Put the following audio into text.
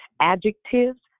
adjectives